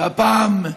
והפעם,